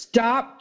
Stop